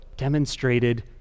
demonstrated